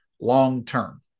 long-term